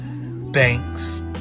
banks